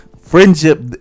friendship